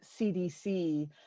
CDC